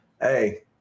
Hey